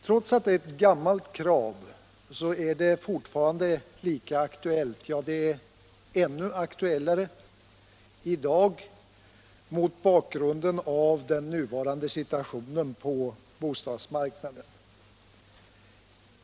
Trots att det är ett gammalt krav är det fortfarande lika aktuellt, ja, det är aktuellare i dag mot bakgrund av den nuvarande situationen på bostadsmarknaden.